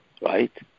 right